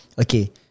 Okay